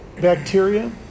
bacteria